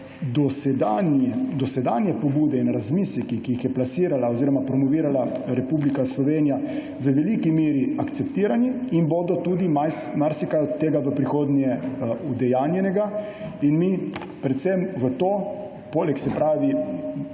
dosedanje pobude in razmisleki, ki jih je plasirala oziroma promovirala Republika Slovenija, v veliki meri akceptirani in bo tudi marsikaj od tega v prihodnje udejanjenega. Mi predvsem poleg ostalih